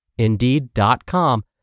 indeed.com